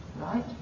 Right